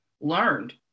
learned